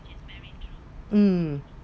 um